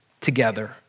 together